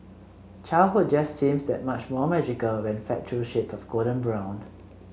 childhood just seems that much more magical when fed through shades of golden brown